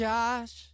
Josh